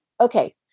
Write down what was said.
Okay